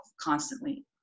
constantly